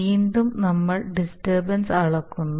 വീണ്ടും നമ്മൾ ഡിസ്റ്റർബൻസ് അളക്കുന്നു